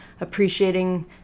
appreciating